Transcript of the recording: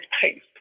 pace